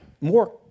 More